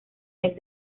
mes